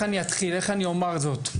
איך אני אתחיל איך אני אומר זאת?